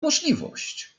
możliwość